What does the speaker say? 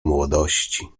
młodości